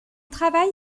travail